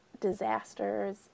disasters